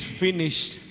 finished